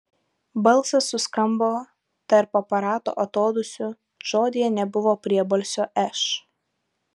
balsas suskambo tarp aparato atodūsių žodyje nebuvo priebalsio š